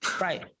Right